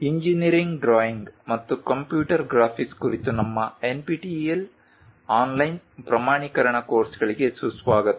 engineering drawing ಮತ್ತು computer graphics ಕುರಿತು ನಮ್ಮ NPTEL ಆನ್ಲೈನ್ ಪ್ರಮಾಣೀಕರಣ ಕೋರ್ಸ್ಗಳಿಗೆ ಸುಸ್ವಾಗತ